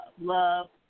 love